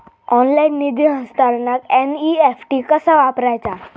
Online निधी हस्तांतरणाक NEFT कसा वापरायचा?